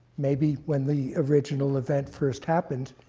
maybe when the original event first happened,